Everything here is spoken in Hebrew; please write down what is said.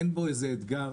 אין פה איזה אתגר,